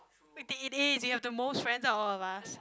eh you have the most friends out of all of us